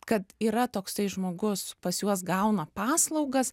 kad yra toksai žmogus pas juos gauna paslaugas